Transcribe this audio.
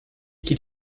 qu’il